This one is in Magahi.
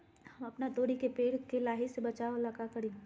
हम अपना तोरी के पेड़ के लाही से बचाव ला का करी?